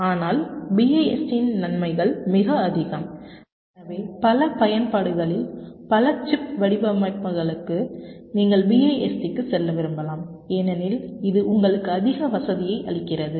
ஆனால் BIST இன் நன்மைகள் மிக அதிகம் எனவே பல பயன்பாடுகளில் பல சிப் வடிவமைப்புகளுக்கு நீங்கள் BIST க்கு செல்ல விரும்பலாம் ஏனெனில் இது உங்களுக்கு அதிக வசதியை அளிக்கிறது